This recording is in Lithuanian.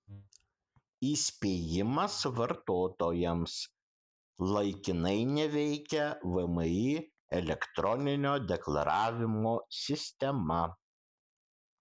įspėjimas vartotojams laikinai neveikia vmi elektroninio deklaravimo sistema